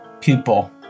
people